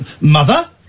Mother